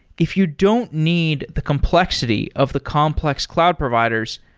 if you don't need the complexity of the complex cloud providers,